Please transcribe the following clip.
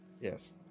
Yes